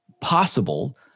possible